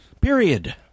Period